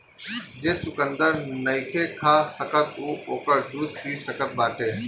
जे चुकंदर नईखे खा सकत उ ओकर जूस पी सकत बाटे